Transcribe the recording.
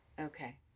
okay